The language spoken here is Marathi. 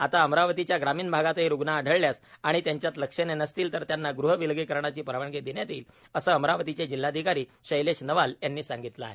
आता अमरावतीच्या ग्रामीण भागातही रूग्ण आढळल्यास व त्यांच्यात लक्षणे नसतील तर त्यांना गुह विलगीकरणाची परवानगी देण्यात येईल असे अमरावतीचे जिल्हाधिकारी शैलेश नवाल यांनी सांगितल आहे